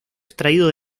extraído